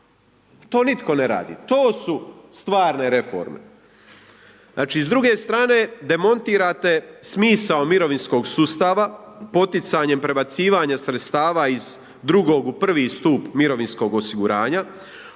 To nitko ne radi, to su stvarne reforme. Znači s druge strane demontirate smisao mirovinskog sustava poticanjem prebacivanje sredstava iz II. u I. stup mirovinskog osiguranja,